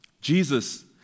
Jesus